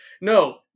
No